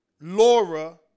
Laura